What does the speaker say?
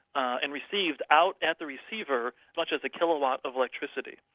and received, out at the receiver such as a kilowatt of electricity,